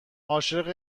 عاشق